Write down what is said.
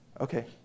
Okay